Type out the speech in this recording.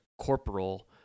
corporal